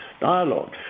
dialogue